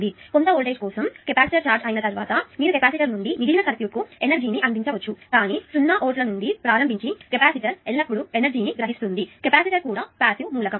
కాబట్టి కొంత వోల్టేజ్ కోసం ఒక కెపాసిటర్ ఛార్జ్ అయిన తర్వాత మీరు కెపాసిటర్ నుండి మిగిలిన సర్క్యూట్కు ఎనర్జీ ని అందించవచ్చు కానీ 0 వోల్ట్ల నుండి ప్రారంభించి కెపాసిటర్ ఎల్లప్పుడూ ఎనర్జీ ని గ్రహిస్తుంది కెపాసిటర్ కూడా పాసివ్ మూలకం